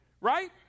Right